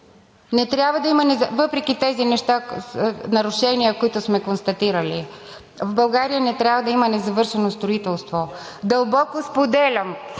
смятам да се боря въпреки тези нарушения, които сме констатирали. В България не трябва да има незавършено строителство. Дълбоко споделям